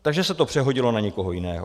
Takže se to přehodilo na někoho jiného.